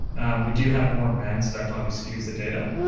and we do have more men, so that probably skews the data,